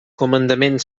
comandament